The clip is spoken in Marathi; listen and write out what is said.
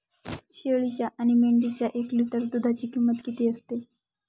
शेळीच्या आणि मेंढीच्या एक लिटर दूधाची किंमत किती असते?